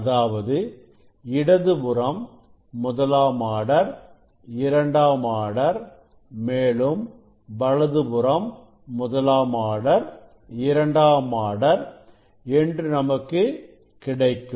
அதாவது இடதுபுறம் முதலாம் ஆர்டர் இரண்டாம் ஆர்டர் மேலும் வலதுபுறம் முதலாம் ஆர்டர் இரண்டாம் ஆர்டர் என்று நமக்கு கிடைக்கும்